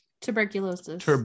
Tuberculosis